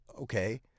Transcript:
okay